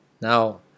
Now